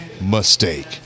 Mistake